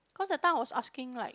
cause that time I was asking like